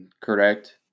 correct